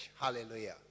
Hallelujah